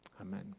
amen